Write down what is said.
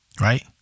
right